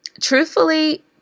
truthfully